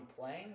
playing